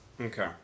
Okay